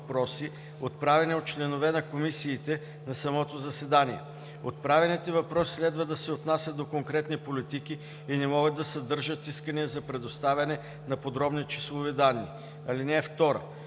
Отправените въпроси следва да се отнасят до конкретни политики и не могат да съдържат искания за предоставяне на подробни числови данни. (2) Право